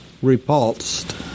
repulsed